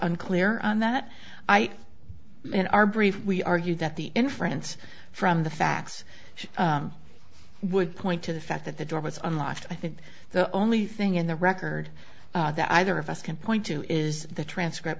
unclear and that i mean our brief we argued that the inference from the facts would point to the fact that the door was unlocked i think the only thing in the record that either of us can point to is the transcript